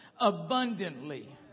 abundantly